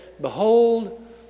Behold